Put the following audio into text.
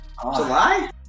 July